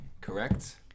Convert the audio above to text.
correct